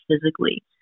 physically